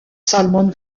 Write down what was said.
salmon